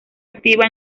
activa